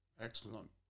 Excellent